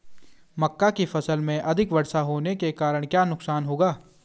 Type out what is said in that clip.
मक्का की फसल में अधिक वर्षा होने के कारण क्या नुकसान होगा?